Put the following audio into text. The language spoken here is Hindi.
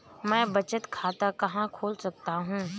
मैं बचत खाता कहाँ खोल सकता हूँ?